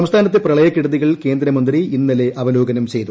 സംസ്ഥാനത്തെ പ്രളയക്കെടുതികൾ കേന്ദ്രമന്ത്രി ഇന്നലെ അവലോകനം ചെയ്തു